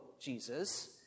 Jesus